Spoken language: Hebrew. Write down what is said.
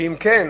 ואם כן,